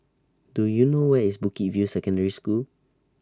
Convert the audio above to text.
Do YOU know Where IS Bukit View Secondary School